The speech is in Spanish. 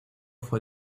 fue